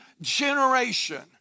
generation